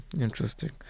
Interesting